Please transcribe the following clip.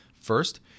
First